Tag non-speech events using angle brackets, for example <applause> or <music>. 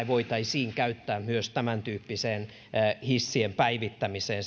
<unintelligible> voitaisiin käyttää myös tämäntyyppiseen hissien päivittämiseen <unintelligible>